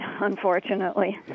unfortunately